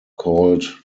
called